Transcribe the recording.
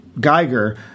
Geiger